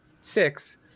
six